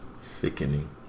Sickening